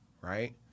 right